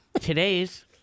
Today's